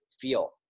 feel